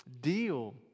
deal